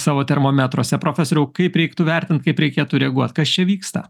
savo termometruose profesoriau kaip reiktų vertint kaip reikėtų reaguot kas čia vyksta